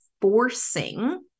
forcing